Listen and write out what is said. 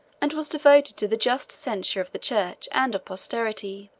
and was devoted to the just censure of the church and of posterity.